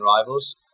rivals